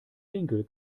winkel